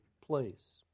place